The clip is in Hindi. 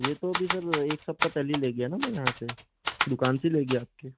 ये तो अभी सर एक सप्ताह पहले ही ले गया ना मैं यहाँ से दुकान से ले गया आपके